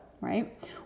Right